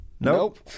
Nope